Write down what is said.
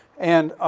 and, ah,